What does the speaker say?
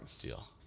Deal